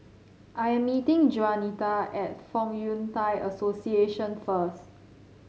I am meeting Juanita at Fong Yun Thai Association first